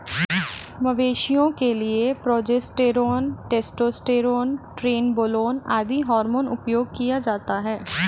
मवेशियों के लिए प्रोजेस्टेरोन, टेस्टोस्टेरोन, ट्रेनबोलोन आदि हार्मोन उपयोग किया जाता है